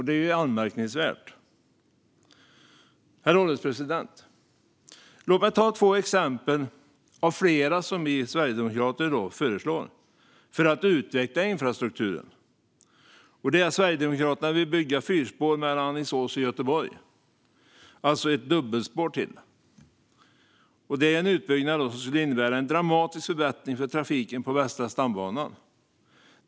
Det är anmärkningsvärt. Herr ålderspresident! Låt mig ge två exempel av flera som Sverigedemokraterna har som förslag för att utveckla infrastrukturen. Sverigedemokraterna vill bygga fyrspår mellan Alingsås och Göteborg, det vill säga ytterligare ett dubbelspår. En sådan utbyggnad skulle innebära en dramatisk förbättring för trafiken på Västra stambanan.